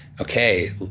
okay